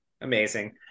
amazing